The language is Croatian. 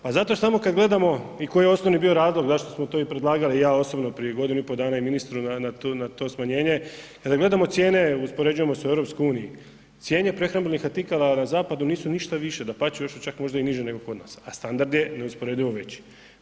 Pa zato samo kada gledamo i koji osnovni bio razlog zašto smo to i predlagali, i ja osobno prije godinu i pol dana ministru na to smanjenje, kada gledamo cijene uspoređujemo sa EU, cijene prehrambenih artikala na zapadu nisu ništa više, dapače još su čak možda i niže nego kod nas, a standard je neusporedivo veći.